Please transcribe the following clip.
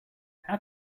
how